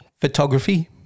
photography